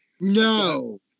No